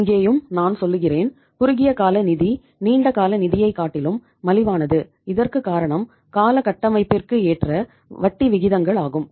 இங்கேயும் நான் சொல்லுகிறேன் குறுகிய கால நிதி நீண்ட கால நிதியை காட்டிலும் மலிவானது இதற்கு காரணம் கால கட்டமைப்பிற்கு ஏற்ற வட்டி விகிதங்கள் ஆகும்